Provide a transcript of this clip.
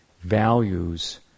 values